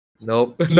Nope